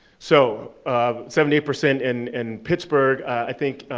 so um seventy eight percent in and pittsburgh i think.